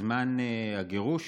ובזמן הגירוש